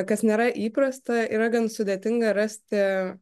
kas nėra įprasta yra gan sudėtinga rasti